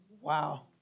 wow